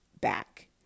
back